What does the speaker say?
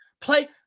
Play